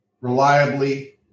reliably